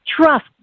Trust